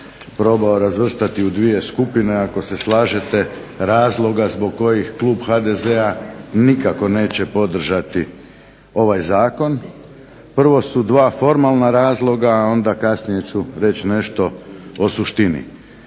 probao razvrstati u dvije skupine, ako se slažete, razloga zbog kojih klub HDZ-a nikako neće podržati ovaj zakon. Prvo su dva formalna razloga, a onda kasnije ću reći nešto o suštini.